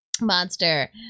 monster